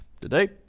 Today